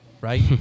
right